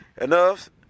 Enough